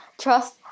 Trust